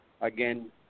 again